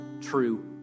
true